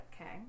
okay